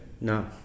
No